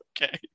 Okay